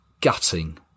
Gutting